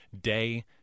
day